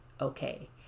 okay